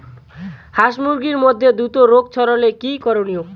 হাস মুরগির মধ্যে দ্রুত রোগ ছড়ালে কি করণীয়?